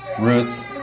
Ruth